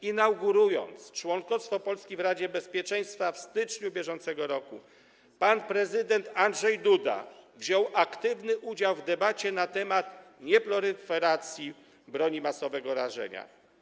Inaugurując członkostwo Polski w Radzie Bezpieczeństwa w styczniu br., pan prezydent Andrzej Duda wziął aktywny udział w debacie na temat nieploriferacji broni masowego rażenia.